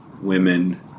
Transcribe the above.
women